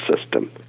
system